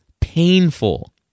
painful